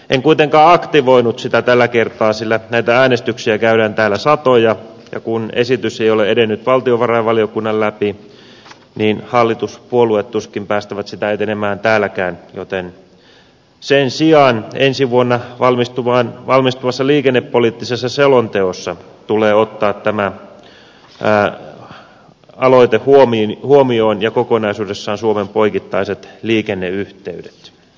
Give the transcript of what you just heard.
en kuitenkaan aktivoinut sitä tällä kertaa sillä näitä äänestyksiä käydään täällä satoja ja kun esitys ei ole edennyt valtiovarainvaliokunnan läpi niin hallituspuolueet tuskin päästävät sitä etenemään täälläkään joten sen sijaan ensi vuonna valmistuvassa liikennepoliittisessa selonteossa tulee ottaa tämä aloite huomioon aivan kuten suomen poikittaiset liikenneyhteydet kokonaisuudessaan